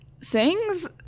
sings